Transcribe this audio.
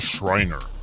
Shriner